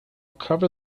cover